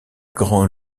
grand